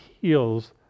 heals